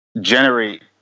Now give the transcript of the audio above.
generate